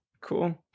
Cool